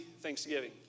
Thanksgiving